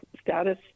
status